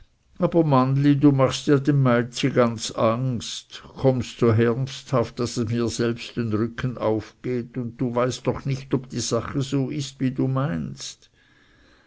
aber mannli du machst ja dem meitschi ganz angst kommst so ernsthaft daß es mir selbst den rücken auf geht und du weißt doch nicht ob die sache so ist wie du meinst